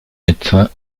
médecin